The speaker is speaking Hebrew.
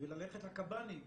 וללכת לקב"נים,